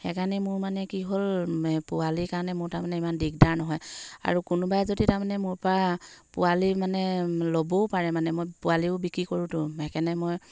সেইকাৰণে মোৰ মানে কি হ'ল এই পোৱালিৰ কাৰণে মোৰ তাৰমানে ইমান দিগদাৰ নহয় আৰু কোনোবাই যদি তাৰমানে মোৰপৰা পোৱালি মানে ল'বও পাৰে মানে মই পোৱালিও বিক্ৰী কৰোঁতো সেইকাৰণে মই